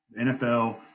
NFL